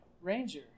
Ranger